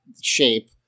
shape